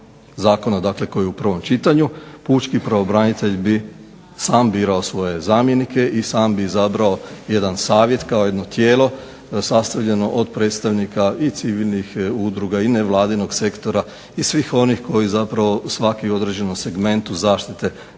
dakle koji je u prvom čitanju pučki pravobranitelj bi sam birao svoje zamjenike i sam bi izabrao jedan savjet kao jedno tijelo sastavljeno od predstavnika i civilnih udruga i nevladinog sektora i svih onih koji zapravo svaki u određenom segmentu zaštite